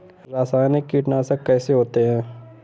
रासायनिक कीटनाशक कैसे होते हैं?